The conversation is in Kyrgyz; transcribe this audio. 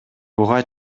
буга